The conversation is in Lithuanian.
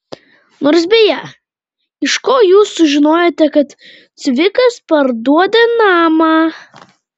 nors beje iš ko jūs sužinojote kad cvikas parduoda namą